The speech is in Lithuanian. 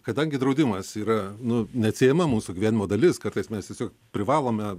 kadangi draudimas yra nu neatsiejama mūsų gyvenimo dalis kartais mes tiesiog privalome